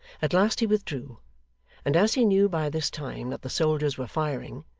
at last he withdrew and as he knew by this time that the soldiers were firing,